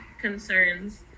concerns